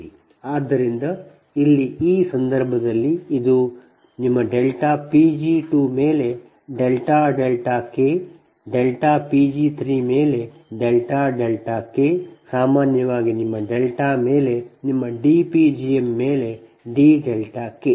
ಆದ್ದರಿಂದ ಇಲ್ಲಿ ಈ ಸಂದರ್ಭದಲ್ಲಿ ಇದು ಡೆಲ್ಟಾ ನಿಮ್ಮ ಡೆಲ್ಟಾ p g 2 ಮೇಲೆ delta delta k delta p g 3 ಮೇಲೆ ಡೆಲ್ಟಾ ಡೆಲ್ಟಾ k ಸಾಮಾನ್ಯವಾಗಿ ನಿಮ್ಮ ಡೆಲ್ಟಾ ಮೇಲೆ ನಿಮ್ಮ dp gm ಮೇಲೆ d ಡೆಲ್ಟಾ k